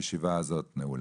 הישיבה הזאת נעולה.